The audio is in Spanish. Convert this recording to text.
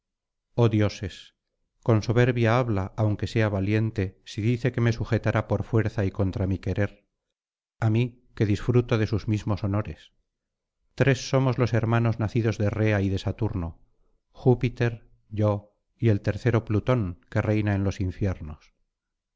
dioses con soberbia habla aunque sea valiente si dice que me sujetará por fuerza y contra mi querer á mí que disfruto de sus mismos honores tres somos los hermanos nacidos de rea y de saturno júpiter yo y el tercero plutón que reina en los infiernos